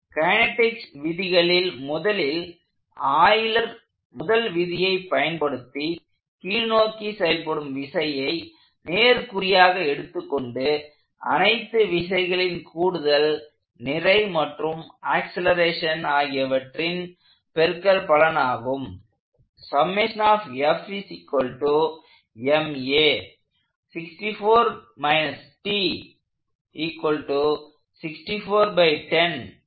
kinetics விதிகளில் முதலில் Euler Euler's முதல் விதியை பயன்படுத்தி கீழ்நோக்கி செயல்படும் விசையை நேர்குறியாக எடுத்துக்கொண்டு அனைத்து விசைகளின் கூடுதல் நிறை மற்றும் ஆக்சலேரேஷன் ஆகியவற்றின் பெருக்கற்பலன் ஆகும்